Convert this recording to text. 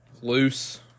loose